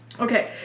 Okay